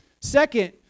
Second